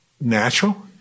natural